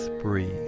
breathe